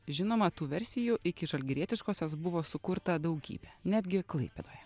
žinoma tų versijų iki žalgirietiškosios buvo sukurta daugybė netgi klaipėdoje